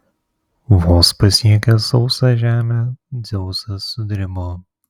vos pasiekęs sausą žemę dzeusas sudribo